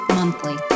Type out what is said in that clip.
monthly